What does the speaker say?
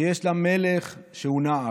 שיש לה מלך שהוא נער.